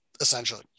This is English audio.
essentially